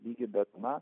lygį bet mna